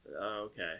Okay